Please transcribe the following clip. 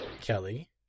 Kelly